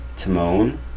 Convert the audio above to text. Timon